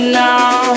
now